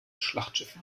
schlachtschiff